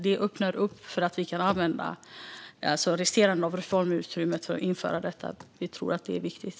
Det öppnar upp för en användning av resterande reformutrymme till att införa detta. Vi tror att det är viktigt.